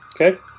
Okay